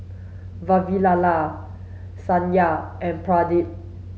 Vavilala Satya and Pradip